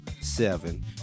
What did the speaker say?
seven